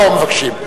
לא מבקשים.